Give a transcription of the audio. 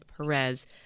Perez